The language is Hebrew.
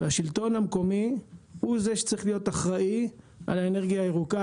והשלטון המקומי הוא זה שצריך להיות אחראי על האנרגיה הירוקה,